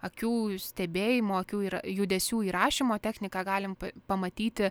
akių stebėjimo akių ir judesių įrašymo technika galim pamatyti